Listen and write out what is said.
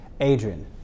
Adrian